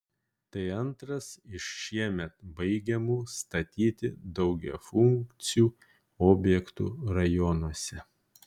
tai antras iš šiemet baigiamų statyti daugiafunkcių objektų rajonuose